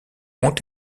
ont